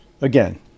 Again